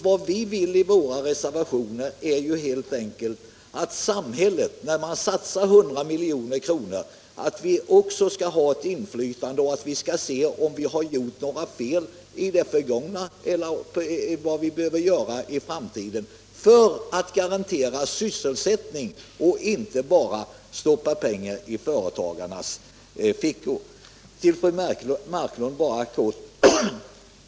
Vad vi vill i våra reservationer är helt enkelt att samhället, när det satsar 100 milj.kr., också skall ha ett inflytande. Vi vill få möjlighet att bedöma vilka fel vi har gjort i det förgångna och vad vi behöver göra i framtiden för att garantera sysselsättningen — vi vill inte bara stoppa pengar i företagarnas fickor.